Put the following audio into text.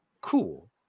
cool